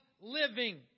living